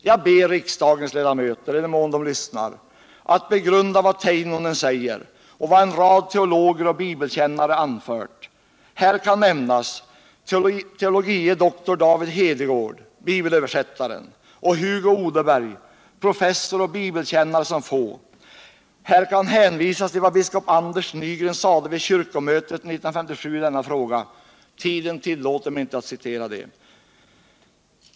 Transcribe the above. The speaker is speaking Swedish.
Jag ber riksdagens ledamöter, i den mån de lyssnar, att begrunda vad Teinonen säger och vad en rad teologer och bibelkännare anfört. Här kan nämnas teol. dr David Hedegård, bibelöversättaren, Hugo Odeberg, professor och bibelkännare som få. Här kan hänvisas till vad biskop Anders Nygren sade vid kyrkomötet 1957 i denna fråga. Tiden tillåter mig inte här att citera det.